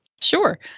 Sure